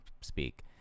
speak